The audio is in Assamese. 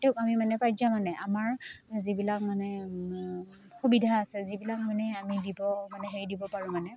তেওঁক আমি মানে পাৰ্যমানে আমাৰ যিবিলাক মানে সুবিধা আছে যিবিলাক মানে আমি দিব মানে হেৰি দিব পাৰোঁ মানে